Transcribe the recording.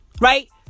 Right